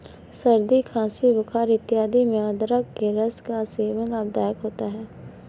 सर्दी खांसी बुखार इत्यादि में अदरक के रस का सेवन लाभदायक होता है